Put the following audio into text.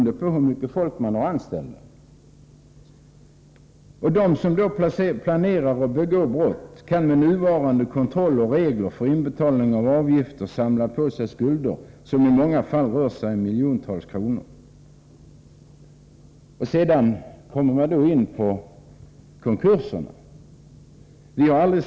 De som planerar, och som även begår, brott kan med nuvarande regler om inbetalning av avgifter och med nuvarande kontroll samla på sig skulder. I många fall rör det sig om miljontals kronor. Vi har aldrig sagt att konkurser är något ohederligt.